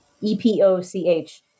E-P-O-C-H